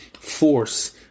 force